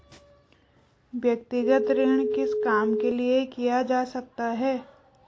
व्यक्तिगत ऋण किस काम के लिए किया जा सकता है?